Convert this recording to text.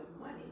money